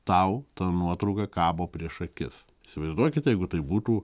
tau ta nuotrauka kabo prieš akis įsivaizduokit jeigu tai būtų